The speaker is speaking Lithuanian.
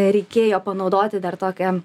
reikėjo panaudoti dar tokią